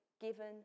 given